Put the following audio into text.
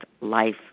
life